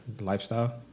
lifestyle